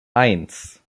eins